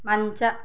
ಮಂಚ